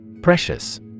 Precious